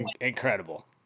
Incredible